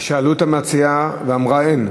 ושאלו את המציעה ואמרה הן?